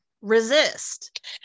resist